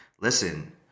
listen